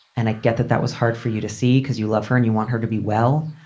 and i get that that was hard for you to see because you love her and you want her to be well.